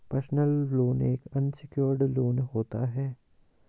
personal loan एक unsecured loan होता है